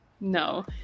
No